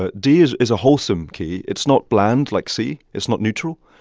ah d is is a wholesome key. it's not bland, like c. it's not neutral.